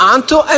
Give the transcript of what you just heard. Anto